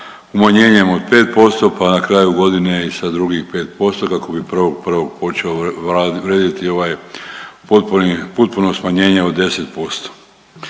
umanjenjem od 5% pa na kraju godine i sa drugih 5% kako bi 1.1. počeo vrediti ovaj potpuni, potpuno smanjenje od 10%.